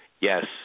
Yes